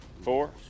four